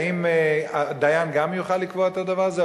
האם דיין גם יוכל לקבוע את הדבר הזה,